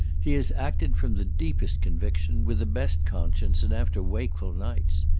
he has acted from the deepest conviction, with the best conscience and after wakeful nights.